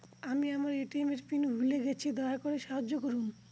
আমি আমার ATM PIN ভুলে গেছি, দয়া করে সাহায্য করুন